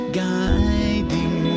guiding